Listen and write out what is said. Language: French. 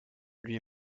lui